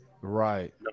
Right